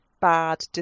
bad